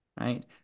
right